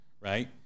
right